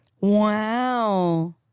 Wow